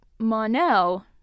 Monel